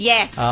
Yes